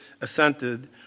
assented